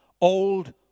old